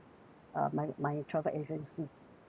uh my my travel agency